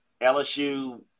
LSU